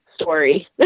story